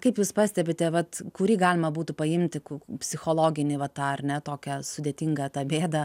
kaip jūs pastebite vat kurį galima būtų paimti psichologinį va tą ar ne tokią sudėtingą tą bėdą